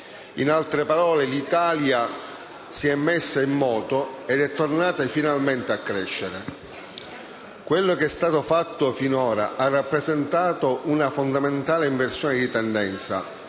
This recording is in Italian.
In altre parole, l'Italia si è rimessa in moto ed è tornata finalmente a crescere. Ciò che è stato fatto finora ha rappresentato una fondamentale inversione di tendenza,